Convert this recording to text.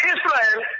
Israel